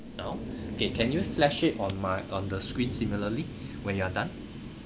now okay can you flash it on my on the screen similarly when you are done